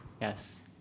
Yes